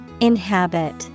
Inhabit